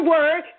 Word